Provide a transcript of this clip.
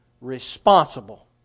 responsible